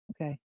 okay